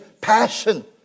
passion